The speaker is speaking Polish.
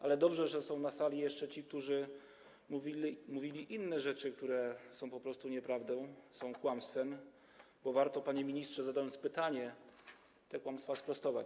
Ale dobrze, że są na sali jeszcze ci, którzy mówili inne rzeczy, które są po prostu nieprawdą, są kłamstwem, bo warto, panie ministrze, zadając pytanie, te kłamstwa sprostować.